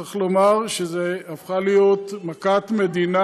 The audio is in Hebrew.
צריך לומר שזאת הפכה להיות מכת מדינה,